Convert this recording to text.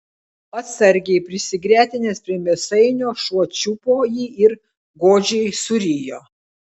atsargiai prisigretinęs prie mėsainio šuo čiupo jį ir godžiai surijo